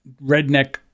redneck